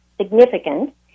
significant